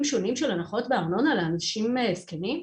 שונים של הנחות בארנונה לאנשים זקנים?